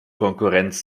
konkurrenz